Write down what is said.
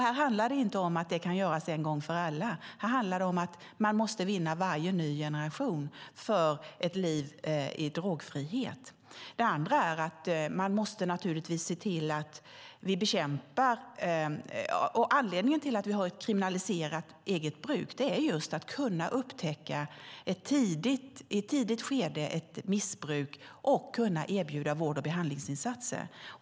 Det handlar inte om att det kan göras en gång för alla, utan det handlar om att man måste vinna varje ny generation för ett liv i drogfrihet. Anledningen till att vi har ett kriminaliserat eget bruk är just att man i ett tidigt skede ska kunna upptäcka ett missbruk och erbjuda vård och behandlingsinsatser.